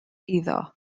iddo